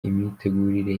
imitegurire